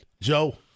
Joe